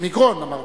מגרון אמרתי.